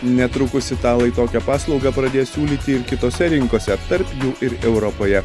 netrukus italai tokią paslaugą pradės siūlyti ir kitose rinkose tarp jų ir europoje